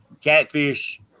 catfish